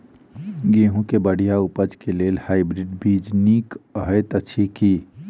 गेंहूँ केँ बढ़िया उपज केँ लेल हाइब्रिड बीज नीक हएत अछि की?